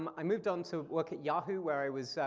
um i moved on to work at yahoo, where i was,